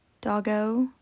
doggo